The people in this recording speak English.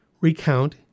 recount